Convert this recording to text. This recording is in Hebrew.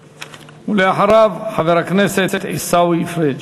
ואחריו, חבר הכנסת עיסאווי פריג'.